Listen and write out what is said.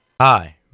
Hi